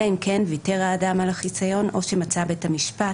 אלא אם כן ויתר האדם על החיסיון או שמצא בית המשפט